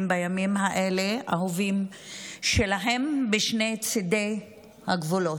בימים האלה אהובים שלהם משני צידי הגבולות,